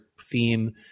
theme